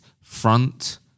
front